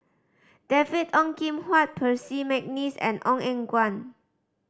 David Ong Kim Huat Percy McNeice and Ong Eng Guan